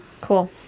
Cool